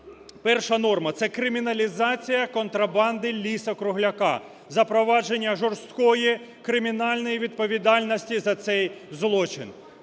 Перша норма – це криміналізація контрабанди лісу-кругляка, запровадження жорсткої кримінальної відповідальності за цей злочин.